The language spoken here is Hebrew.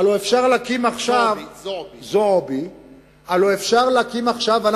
הלוא אפשר להקים עכשיו, אנחנו מנסים.